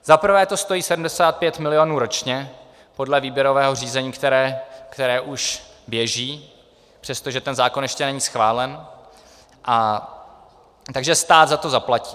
Zaprvé to stojí 75 milionů ročně podle výběrového řízení, které už běží, přestože zákon ještě není schválen, takže stát za to zaplatí.